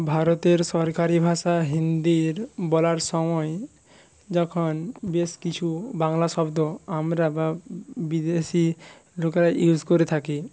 ভারতের সরকারি ভাষা হিন্দির বলার সময় যখন বেশ কিছু বাংলা শব্দ আমরা বা বিদেশি লোকেরা ইউজ করে থাকি